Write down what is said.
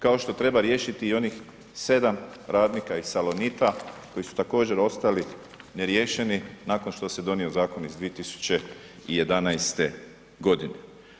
Kao što treba riješiti i onih 7 radnika iz Salonita koji su također ostali neriješeni nakon što se donio zakon iz 2011. godine.